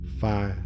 five